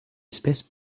espèce